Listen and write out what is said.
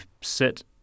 sit